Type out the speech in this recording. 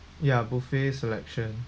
ya buffet selection